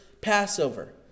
Passover